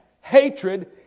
hatred